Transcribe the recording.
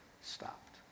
stopped